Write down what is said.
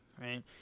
right